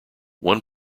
one